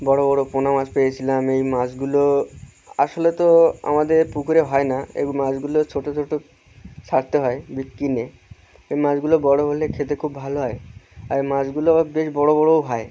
বড়ো বড়ো পোনা মাছ পেয়েছিলাম এই মাছগুলো আসলে তো আমাদের পুকুরে হয় না এই মাছগুলো ছোটো ছোটো ছাড়তে হয় কিনে এই মাছগুলো বড়ো হলে খেতে খুব ভালো হয় আর মাছগুলো আর বেশ বড়ো বড়োও হয়